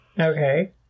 Okay